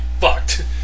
fucked